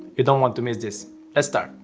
you don't want to miss this, let's start.